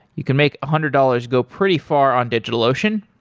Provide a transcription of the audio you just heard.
you can make a hundred dollars go pretty far on digitalocean.